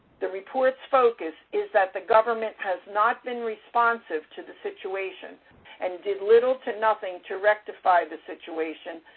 the report's focus is that the government has not been responsive to the situation and did little to nothing to rectify the situation,